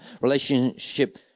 relationship